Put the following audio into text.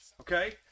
okay